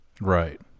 Right